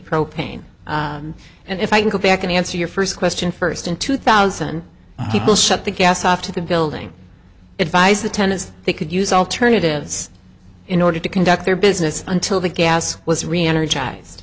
propane and if i can go back and answer your first question first in two thousand people shut the gas off to the building advised the tenants they could use alternatives in order to conduct their business until the gas was reenergized